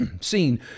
seen